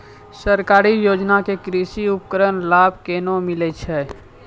सरकारी योजना के कृषि उपकरण लाभ केना मिलै छै?